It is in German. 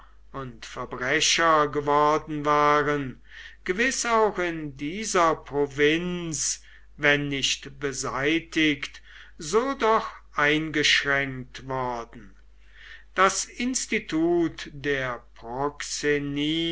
und verbrecher geworden waren gewiß auch in dieser provinz wenn nicht beseitigt so doch eingeschränkt worden das institut der